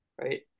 right